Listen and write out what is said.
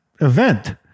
event